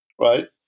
right